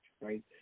right